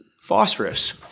phosphorus